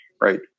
right